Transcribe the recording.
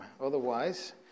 Otherwise